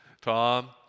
Tom